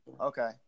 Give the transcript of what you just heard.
Okay